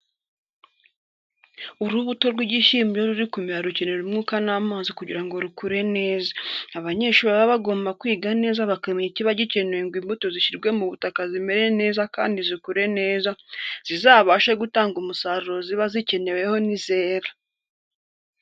Urubuto rw'igishyimbo iyo ruri kumera rukenera umwuka n'amazi kugira ngo rukure neza, abanyeshuri baba bagomba kwiga neza bakamenya ikiba gikenewe ngo imbuto zishyirwe mu butaka zimere neza kandi zikure neza, zizabashe gutanga umusaruro ziba zikeneweho nizera.